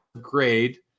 grade